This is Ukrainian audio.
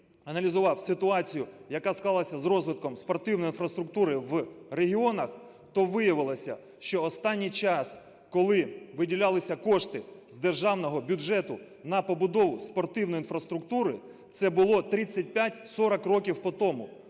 аналізував ситуацію, яка склалася з розвитком спортивної інфраструктури в регіонах, то виявилося, що останній час, коли виділялися кошти з державного бюджету на побудову спортивної інфраструктури, це було 35-40 років потому.